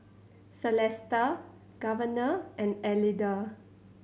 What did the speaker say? Celesta Governor and Elida